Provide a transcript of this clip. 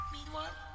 Meanwhile